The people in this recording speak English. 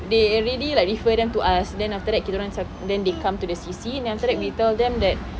they already like refer them to us then after that kita orang macam then they come to the C_C then after that we tell them that